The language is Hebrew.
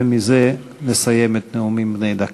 ובזה נסיים את הנאומים בני דקה.